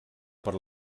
per